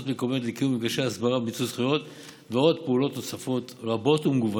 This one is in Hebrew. מקומיות לקיום מפגשי הסברה ומיצוי זכויות ועוד פעולות נוספות ומגוונות.